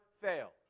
fail